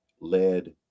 led